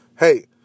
Hey